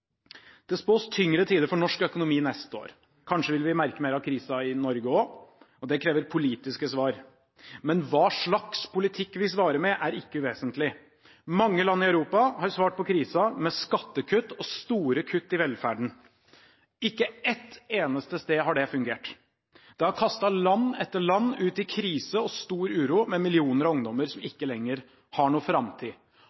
Det spås tyngre tider for norsk økonomi neste år. Kanskje vil vi merke mer av krisen i Norge òg – og det krever politiske svar. Men hva slags politikk vi svarer med, er ikke uvesentlig. Mange land i Europa har svart på krisen med skattekutt og store kutt i velferden. Ikke ett eneste sted har det fungert. Det har kastet land etter land ut i krise og stor uro, med millioner av ungdommer som